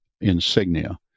Insignia